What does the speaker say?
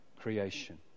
creation